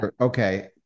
Okay